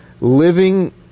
living